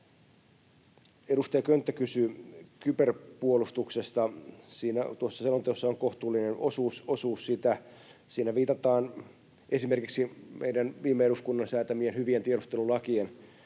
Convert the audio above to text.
Edustaja Könttä kysyi kyberpuolustuksesta. Selonteossa on kohtuullinen osuus sitä. Siinä viitataan esimerkiksi viime eduskunnan säätämien hyvien tiedustelulakien